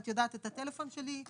את יודעת את הטלפון שלי,